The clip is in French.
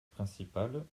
principales